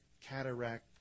Cataract